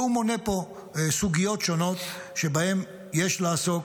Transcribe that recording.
והוא מונה פה סוגיות שונות שבהן יש לעסוק,